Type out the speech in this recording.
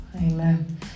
Amen